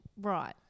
Right